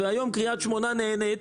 והיום קריית שמונה נהנית